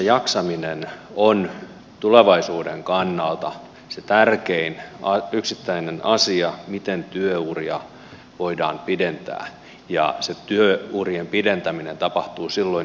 työssäjaksaminen on tulevaisuuden kannalta se tärkein yksittäinen asia miten työuria voidaan pidentää ja se työurien pidentäminen tapahtuu silloin inhimillisestikin